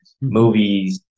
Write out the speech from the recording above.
movies